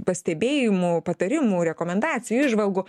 pastebėjimų patarimų rekomendacijų įžvalgų